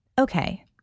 Okay